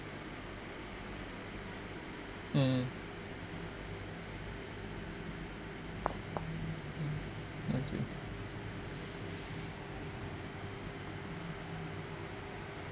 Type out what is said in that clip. hmm I see